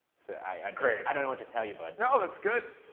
so i. great. i don't know what to tell you, bud. no, that's good.